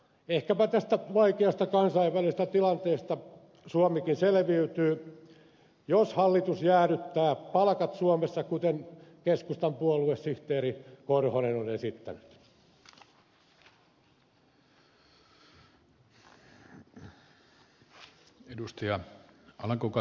ehkäpä tästä vaikeasta kansainvälisestä tilanteesta suomikin selviytyy jos hallitus jäädyttää palkat suomessa kuten keskustan puoluesihteeri korhonen on esittänyt